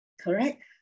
correct